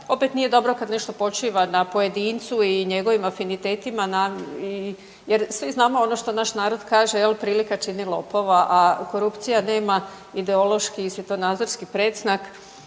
Opet nije dobro kad nešto počiva na pojedincu i njegovim afinitetima na, jer svi znamo ono što naš narod kaže, je li, prilika čini lopova, a korupcija nema ideološki i svjetonazorski predznak